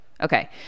Okay